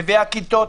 מביאה כיתות.